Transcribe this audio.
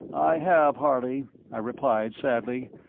i have, harley, i replied, sadly,